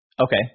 okay